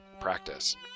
practice